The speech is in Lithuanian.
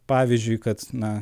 pavyzdžiui kad na